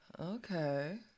okay